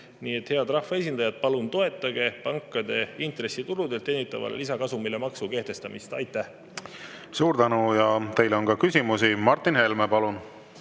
Nii et, head rahvaesindajad, palun toetage pankade intressituludelt teenitavale lisakasumile maksu kehtestamist. Aitäh! Suur tänu! Teile on ka küsimusi. Martin Helme, palun!